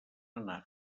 anar